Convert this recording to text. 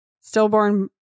stillborn